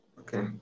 okay